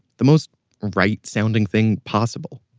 the most right sounding thing possible.